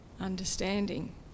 understanding